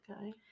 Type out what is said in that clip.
Okay